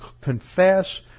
confess